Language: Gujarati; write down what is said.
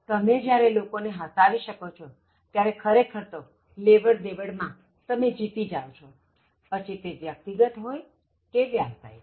તમે જ્યારે લોકો ને હસાવી શકો છો ત્યારે ખરેખર તો લેવડ દેવડ માં તમે જીતી જાવ છો પછી તે વ્યક્તિગત હોય કે વ્યાવસાયિક